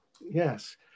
yes